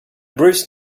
bruce